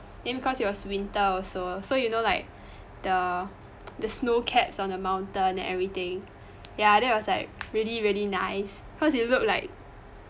then because it was winter also so you know like the the snowcaps on the mountain and everything ya that was like really really nice cause it looked like